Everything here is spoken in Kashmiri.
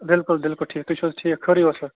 بِلکُل بِلکُل ٹھیٖک تُہۍ چھِو حظ ٹھیٖک خٲرٕے اوسوا